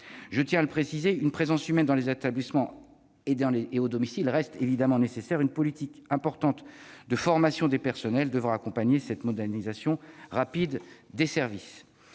je tiens à le préciser -d'une présence humaine dans les établissements et au domicile. Une politique importante de formation des personnels devra accompagner cette modernisation rapide des services.